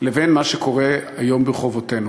לבין מה שקורה היום ברחובותינו.